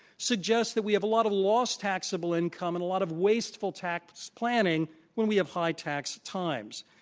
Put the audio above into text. suggests that we have a lot of lost taxable income and a lot of wasteful tax planning when we have high tax times.